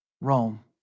Rome